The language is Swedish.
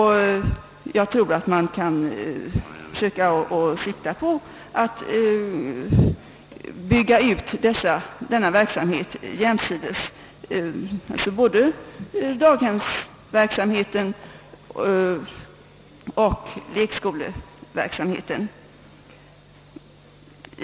Jag tror att man kan försöka sikta på att bygga ut denna verksamhet jämsides, alltså både daghemsverksamheten och lekskoleverksamheten.